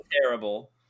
terrible